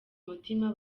mutima